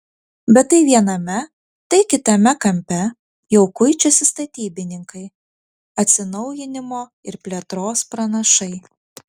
bet tai viename tai kitame kampe jau kuičiasi statybininkai atsinaujinimo ir plėtros pranašai